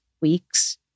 weeks